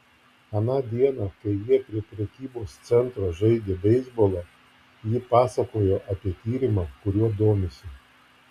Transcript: aną dieną kai jie prie prekybos centro žaidė beisbolą ji pasakojo apie tyrimą kuriuo domisi